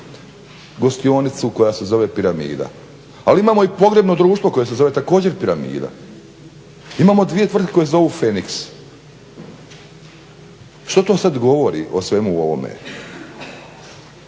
gostionicu koja se zove Piramida, ali imamo i Pogrebno društvo koje se zove također Piramida. Imamo dvije tvrtke koje se zovu Feniks. Što to sada govori o svemu ovome?